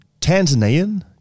Tanzanian